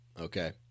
Okay